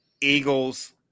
eagles